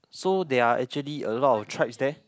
so there are actually a lot of tribes there